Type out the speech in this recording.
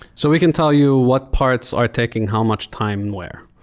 so we can tell you what parts are taking how much time where.